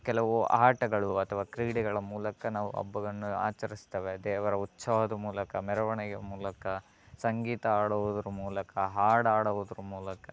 ಕೆಲವು ಆಟಗಳು ಅಥವಾ ಕ್ರೀಡೆಗಳ ಮೂಲಕ ನಾವು ಹಬ್ಬಗಳ್ನ ಆಚರಿಸ್ತೇವೆ ದೇವರ ಉತ್ಸವದ ಮೂಲಕ ಮೆರವಣಿಗೆಯ ಮೂಲಕ ಸಂಗೀತ ಹಾಡುವುದರ್ ಮೂಲಕ ಹಾಡು ಹಾಡುವುದರ್ ಮೂಲಕ